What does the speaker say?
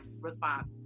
response